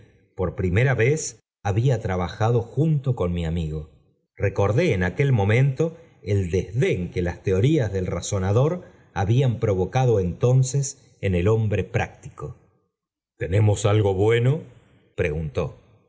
por nrimem vez había trabajado junto con mi amigo recordé en aquel momento el desdén que las teorías del razonador habían provocado entonces en el hombre práctico tenemos algo bueno